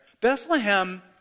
Bethlehem